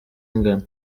ingano